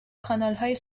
کانالهای